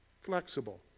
Flexible